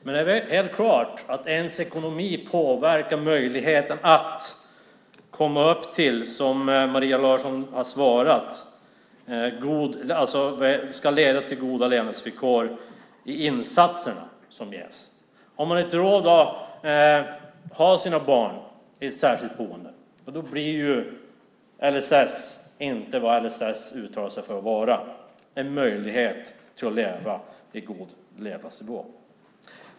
Men det är helt klart att ekonomin påverkar möjligheten att komma upp till, som Maria Larsson har svarat, goda levnadsvillkor i insatserna som ges. Har man inte råd att ha sina barn i ett särskilt boende blir LSS inte vad man uttalar att LSS ska vara, det vill säga en möjlighet att leva på en god levnadsnivå.